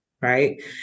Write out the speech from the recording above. right